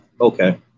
okay